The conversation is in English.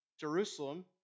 Jerusalem